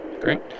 Great